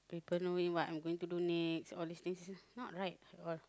people know what I am going to do next all this thing it's not right